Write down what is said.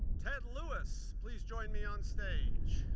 ted lewis, please join me on stage.